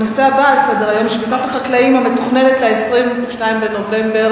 הנושא הבא: שביתת החקלאים המתוכננת ל-22 בנובמבר,